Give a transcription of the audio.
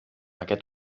aquest